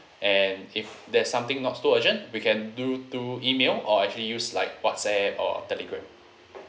and if there's something not so urgent we can do through email or actually use like whatsapp or telegram